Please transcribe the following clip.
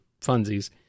funsies